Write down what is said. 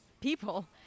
people